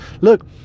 Look